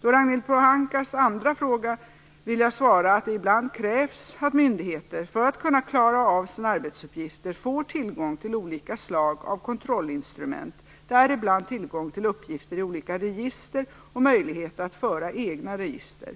På Ragnhild Pohankas andra fråga vill jag svara att det ibland krävs att myndigheter, för att kunna klara av sina arbetsuppgifter, får tillgång till olika slag av kontrollinstrument, däribland tillgång till uppgifter i olika register och möjligheter att föra egna register.